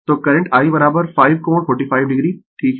तो current i 5 कोण 45 o ठीक है